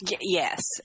Yes